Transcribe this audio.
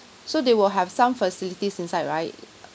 so they will have some facilities inside right uh